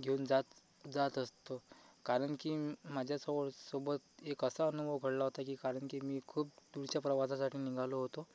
घेऊन जात जात असतो कारण की माज्यासोवळ सोबत एक असा अनुभव घडला होता की कारण की मी खूप दूरच्या प्रवासासाठी निघालो होतो